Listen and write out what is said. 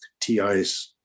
TIs